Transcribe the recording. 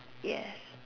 yes